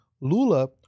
Lula